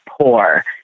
poor